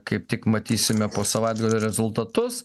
kaip tik matysime po savaitgalio rezultatus